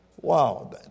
Wow